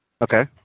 Okay